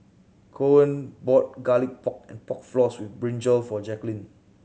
Coen bought Garlic Pork and Pork Floss with brinjal for Jaquelin